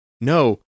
no